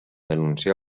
denunciar